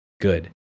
good